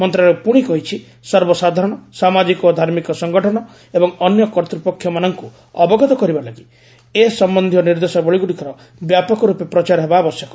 ମନ୍ତ୍ରଣାଳୟ ପୁଣି କହିଛି ସର୍ବସାଧାରଣ ସାମାଜିକ ଓ ଧାର୍ମିକ ସଂଗଠନ ଏବଂ ଅନ୍ୟ କର୍ତ୍ତ୍ୱପକ୍ଷମାନଙ୍କୁ ଅବଗତ କରିବା ଲାଗି ଏ ସମ୍ଭନ୍ଧୀୟ ନିର୍ଦ୍ଦେଶାବଳୀଗୁଡ଼ିକର ବ୍ୟାପକ ରୂପେ ପ୍ରଚାର ହେବା ଆବଶ୍ୟକ